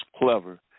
clever